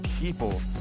people